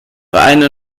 vereine